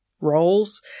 roles